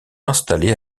installées